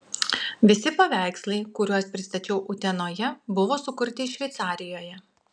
visi paveikslai kuriuos pristačiau utenoje buvo sukurti šveicarijoje